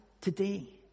today